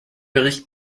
bericht